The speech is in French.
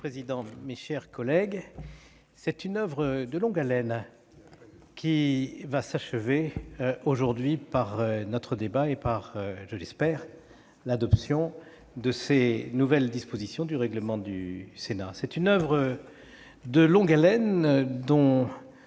Monsieur le président, mes chers collègues, c'est une oeuvre de longue haleine qui va s'achever aujourd'hui par notre débat et, je l'espère, par l'adoption de ces nouvelles dispositions du règlement du Sénat. C'est une oeuvre de longue haleine dont